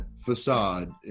facade